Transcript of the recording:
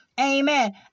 Amen